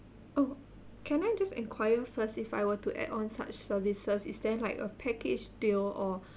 oh can I just enquire first if I were to add on such services is there like a package deal or